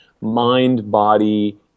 mind-body